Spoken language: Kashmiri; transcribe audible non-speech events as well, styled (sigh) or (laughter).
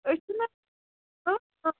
أسۍ چھِنَہ (unintelligible)